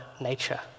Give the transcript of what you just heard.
nature